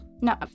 No